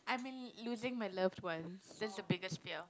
I mean losing my loved ones that's the biggest fear